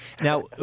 Now